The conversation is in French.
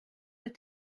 est